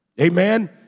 Amen